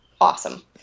awesome